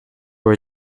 were